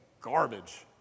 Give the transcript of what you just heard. garbage